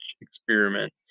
experiment